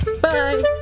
Bye